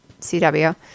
CW